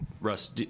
Russ